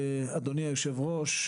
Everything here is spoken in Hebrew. אדוני היושב-ראש,